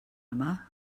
yma